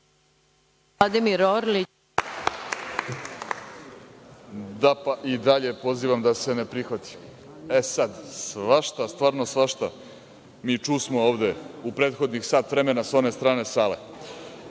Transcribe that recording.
I dalje pozivam da se ne prihvati. Svašta, stvarno svašta, mi čusmo ovde u prethodnih sat vremena sa one strane sale